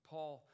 Paul